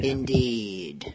Indeed